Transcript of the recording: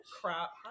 crap